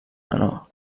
menor